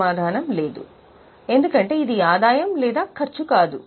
సమాధానం లేదు ఎందుకంటే ఇది ఆదాయం లేదా ఖర్చు కాదు